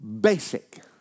basic